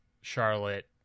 Charlotte